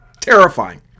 terrifying